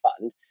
fund